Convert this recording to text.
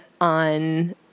on